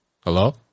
Hello